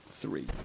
three